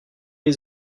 les